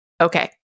Okay